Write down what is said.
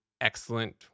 excellent